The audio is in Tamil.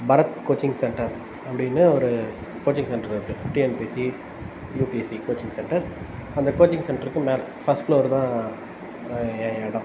பரத் கோச்சிங் சென்டர் அப்படின்னு ஒரு கோச்சிங் சென்டர் இருக்குது டிஎன்பிஎஸ்சி யூபிஎஸ்சி கோச்சிங் சென்டர் அந்த கோச்சிங் சென்டருக்கு மேலே ஃபஸ்ட் ஃப்ளோர் தான் என் இடம்